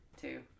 Two